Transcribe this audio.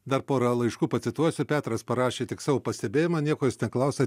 dar pora laiškų pacituosiu petras parašė tik savo pastebėjimą nieko jis neklausia